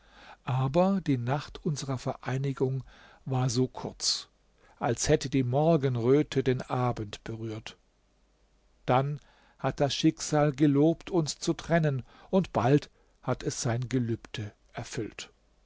aber die nacht unserer vereinigung war so kurz als hätte die morgenröte den abend berührt dann hat das schicksal gelobt uns zu trennen und bald hat es sein gelübde erfüllt